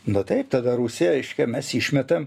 na taip tada rusiją reiškia mes išmetam